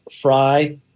fry